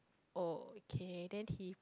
okay then he